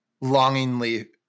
longingly